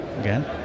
again